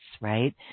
right